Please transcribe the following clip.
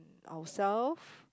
ourselves